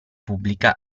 pubblica